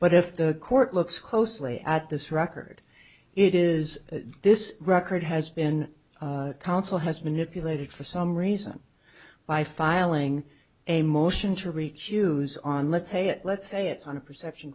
but if the court looks closely at this record it is this record has been counsel has manipulated for some reason by filing a motion to reach use on let's say let's say it's on a perception